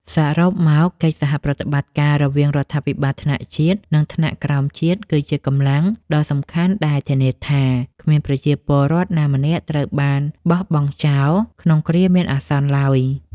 សរុបមក កិច្ចសហប្រតិបត្តិការរវាងរដ្ឋាភិបាលថ្នាក់ជាតិ និងថ្នាក់ក្រោមជាតិ គឺជាកម្លាំងដ៏សំខាន់ដែលធានាថា គ្មានប្រជាពលរដ្ឋណាម្នាក់ត្រូវបានបោះបង់ចោលក្នុងគ្រាមានអាសន្នឡើយ។